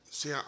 See